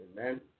amen